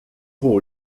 vou